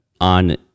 on